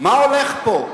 מה הולך פה?